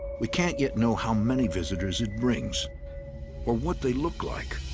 we can't yet know how many visitors it brings or what they look like.